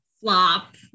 flop